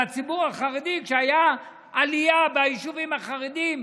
לציבור החרדי, כשהייתה עלייה ביישובים החרדיים.